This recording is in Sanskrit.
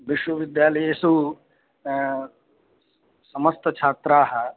विश्वविद्यालयेषु समस्त छात्राः